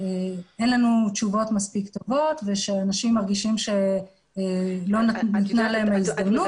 כשאין לנו תשובות מספק טובות ושאנשים מרגישים שלא ניתנה להם ההזדמנות.